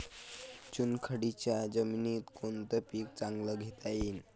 चुनखडीच्या जमीनीत कोनतं पीक चांगलं घेता येईन?